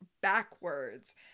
backwards